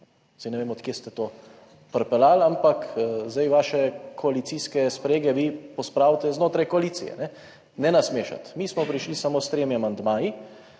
Saj ne vem od kje ste to pripeljali, ampak zdaj vaše koalicijske sprege vi pospravite znotraj koalicije, ne nas mešati. Mi smo prišli samo s tremi amandmaji.